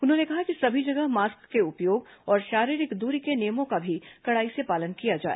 उन्होंने कहा कि सभी जगह मास्क के उपयोग और शारीरिक दूरी के नियमों का भी कड़ाई से पालन किया जाए